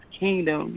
kingdom